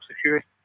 security